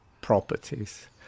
properties